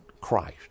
Christ